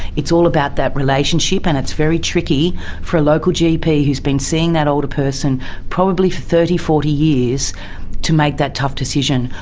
it's all about that relationship and it's very tricky for a local gp who has been seeing that older person probably for thirty, forty years to make that tough decision.